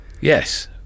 Yes